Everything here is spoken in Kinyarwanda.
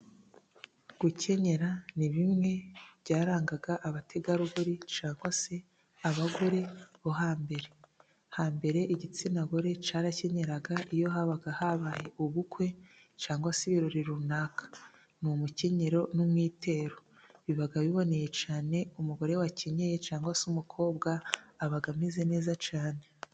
Gukenyera ni bimwe byarangaga abategarugori cyangwa se abagore bo hambere, hambere igitsina gore cyarakenyeraga iyo habaga habaye ubukwe cyangwa se ibirori runaka. Ni umukenyero n'umwitero biba biboneye cyane umugore wakenyeye cyangwa se umukobwa aba ameze neza cyane.